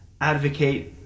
advocate